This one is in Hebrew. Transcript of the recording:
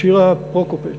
שירה פרוקופץ,